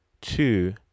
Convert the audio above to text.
Two